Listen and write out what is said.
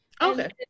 Okay